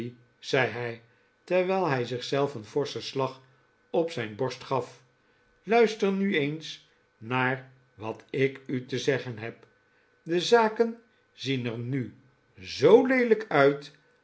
zei hij terwijl hij zich zelf een forschen slag op zijn borst gaf luister nu eens naar wat ik u te zeggen heb de zaken zien er nu zoo leeiijk uit